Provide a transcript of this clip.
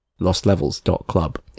lostlevels.club